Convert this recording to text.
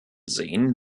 sehen